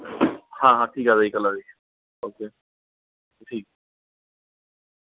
हाँ हाँ ठीक है आ जाइये कल आ जाइये ओके ठीक है